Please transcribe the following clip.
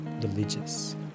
religious